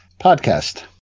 podcast